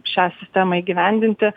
šią sistemą įgyvendinti